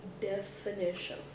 definition